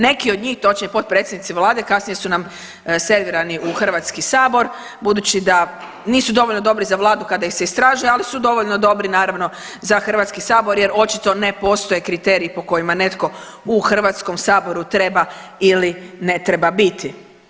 Neki od njih, točnije potpredsjednici vlade kasnije su nam servirani u Hrvatski sabor budući da nisu dovoljno dobri za vladu kada ih se istražuje, ali su dovoljno dobri naravno za Hrvatski sabor jer očito ne postoje kriteriji po kojima netko u Hrvatskom saboru treba ili ne treba biti.